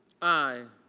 i.